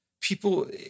people